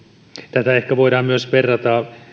tätä ehkä voidaan myös verrata